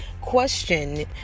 question